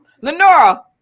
Lenora